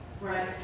right